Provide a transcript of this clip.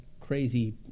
crazy